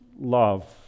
love